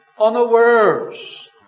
unawares